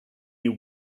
you